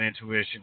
Intuition